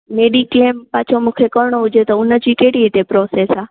mediclaim पाछो मूंखे करिणो हुजे त उनजी कहिड़ी हिते प्रोसेस आहे